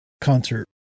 concert